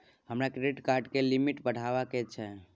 हमरा debit card के limit बढावा के छै